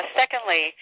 secondly